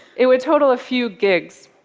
it would total a few gigs.